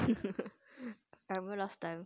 I remember last time